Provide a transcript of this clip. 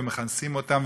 ומכנסים אותם,